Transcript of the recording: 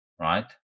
right